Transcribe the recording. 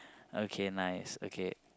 okay nice okay